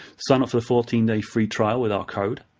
sign up for the fourteen day free trial with our code,